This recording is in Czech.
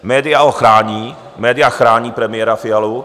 Média ho chrání, média chrání premiéra Fialu.